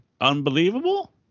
Unbelievable